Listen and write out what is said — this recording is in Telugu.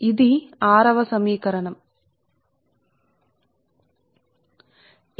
కాబట్టి దీనికి సమీకరణ సంఖ్య 6 ఇవ్వబడింది